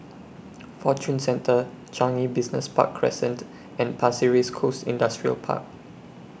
Fortune Centre Changi Business Park Crescent and Pasir Ris Coast Industrial Park